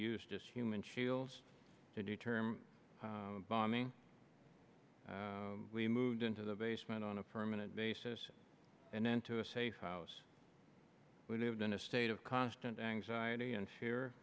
used as human shields to deter him bombing we moved into the basement on a permanent basis and then to a safe house we lived in a state of constant anxiety and fear